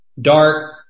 dark